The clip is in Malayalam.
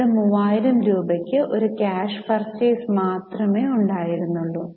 അവിടെ 3000 രൂപയ്ക്ക് ഒരു ക്യാഷ് പർച്ചേസ് മാത്രമേ ഉണ്ടായിരുന്നുള്ളൂ